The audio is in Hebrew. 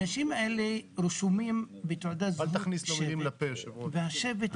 אל תכניס לו מילים לפה, היושב-ראש.